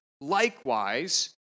likewise